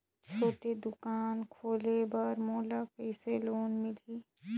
छोटे दुकान खोले बर मोला कइसे लोन मिलही?